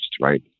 right